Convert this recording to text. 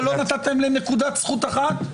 אבל לא נתתם להם נקודת זכות אחת?